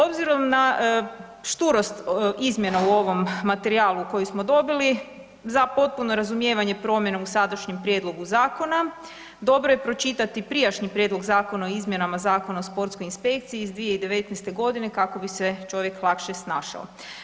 Obzirom na šturost izmjena u ovom materijalu koji smo dobili, za potpuno razumijevanje promjene u sadašnjem prijedlogu zakona dobro je pročitati prijašnji Prijedlog zakona o izmjenama Zakona o sportskoj inspekciji iz 2019.g. kako bi se čovjek lakše snašao.